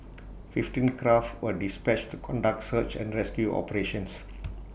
fifteen craft were dispatched to conduct search and rescue operations